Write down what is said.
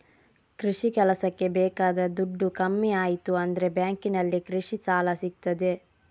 ಕೃಷಿ ಕೆಲಸಕ್ಕೆ ಬೇಕಾದ ದುಡ್ಡು ಕಮ್ಮಿ ಆಯ್ತು ಅಂದ್ರೆ ಬ್ಯಾಂಕಿನಲ್ಲಿ ಕೃಷಿ ಸಾಲ ಸಿಗ್ತದೆ